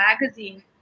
magazine